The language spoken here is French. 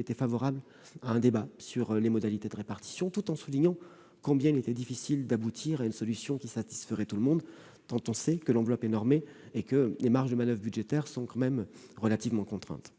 était favorable à un débat sur les modalités de répartition, tout en soulignant combien il était difficile d'aboutir à une solution qui satisferait tout le monde, sachant que l'enveloppe est normée et que les marges de manoeuvre budgétaires sont relativement contraintes.